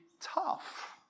tough